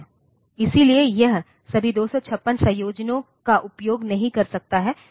इसलिए यह सभी 256 संयोजनों का उपयोग नहीं कर सकता है